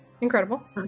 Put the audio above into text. Incredible